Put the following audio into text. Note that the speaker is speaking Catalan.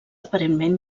aparentment